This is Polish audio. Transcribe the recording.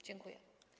Dziękuję.